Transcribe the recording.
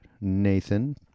Nathan